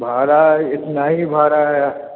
भाड़ा इतना ही भाड़ा है